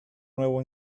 nuevo